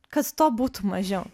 kad to būtų mažiau